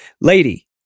Lady